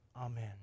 Amen